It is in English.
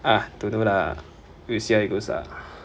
ah don't know lah we'll see how it goes ah